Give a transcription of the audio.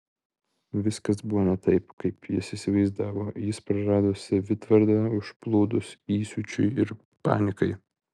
viskas buvo ne taip kaip jis įsivaizdavo jis prarado savitvardą užplūdus įsiūčiui ir panikai